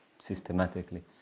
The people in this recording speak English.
systematically